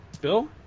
Bill